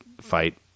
fight